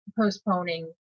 postponing